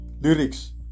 Lyrics